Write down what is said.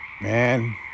Man